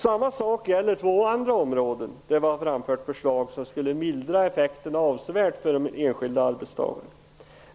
Samma sak gäller två andra områden där förslag har framförts för att avsevärt mildra effekten för de enskilda arbetstagarna.